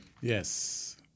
Yes